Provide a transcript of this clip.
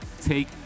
take